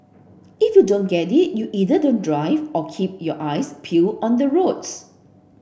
if you don't get it you either don't drive or keep your eyes peeled on the roads